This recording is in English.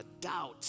doubt